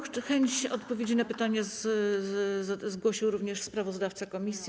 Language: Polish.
Chęć odpowiedzi na pytanie zgłosił również sprawozdawca komisji.